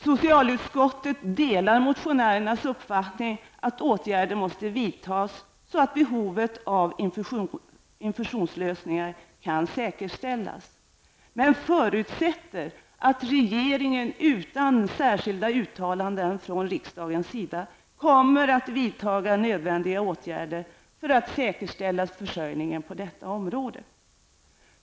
Socialutskottet delar motionärernas uppfattning att åtgärder måste vidtas så att behovet av infusionslösningar kan säkerställas, men förutsätter att regeringen utan särskilda uttalanden från riksdagens sida kommer att vidta nödvändiga åtgärder för att säkerställa försörjningen på detta område.